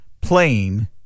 playing